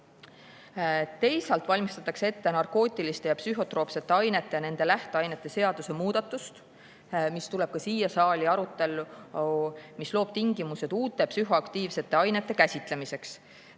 Teisalt valmistatakse ette narkootiliste ja psühhotroopsete ainete ning nende lähteainete seaduse muudatust, mis tuleb ka siia saali arutellu ja mis loob tingimused uute psühhoaktiivsete ainete käsitlemiseks.